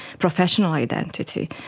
professional identity,